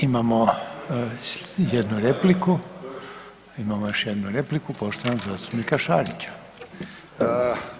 Imamo jednu repliku, imamo još jednu repliku poštovanog zastupnika Šarića.